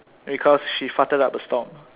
because she farted up a storm